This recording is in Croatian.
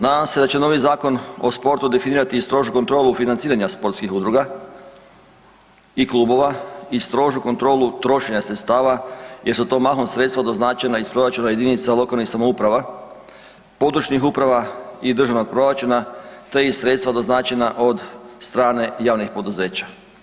Nadam se da će novi Zakon o sportu definirati i strožu kontrolu financiranja sportskih udruga i klubova i strožu kontrolu trošenja sredstava jer su to mahom sredstva doznačena iz proračuna jedinica lokalnih samouprava, područnih uprava i državnog proračuna te i sredstva doznačena od strane javnih poduzeća.